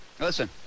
Listen